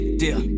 deal